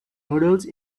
models